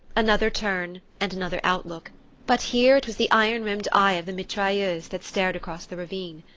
another turn, and another outlook but here it was the iron-rimmed eye of the mitrailleuse that stared across the ravine.